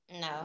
No